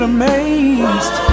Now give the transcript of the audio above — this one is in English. amazed